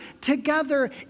together